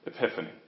Epiphany